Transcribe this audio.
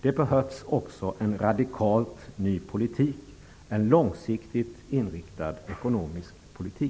Det behövs också en radikalt ny politik, en långsiktigt inriktad ekonomisk politik.